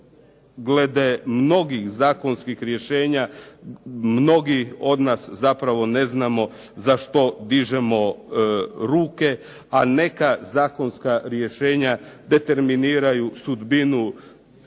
glede mnogih zakonskih rješenja, mnogi od nas zapravo ne znamo za što dižemo ruke, a neka zakonska rješenja determiniraju sudbinu tih